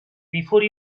before